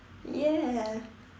ya